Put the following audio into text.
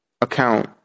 account